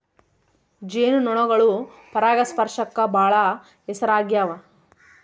ಜೇನು ನೊಣಗಳು ಪರಾಗಸ್ಪರ್ಶಕ್ಕ ಬಾಳ ಹೆಸರಾಗ್ಯವ